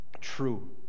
true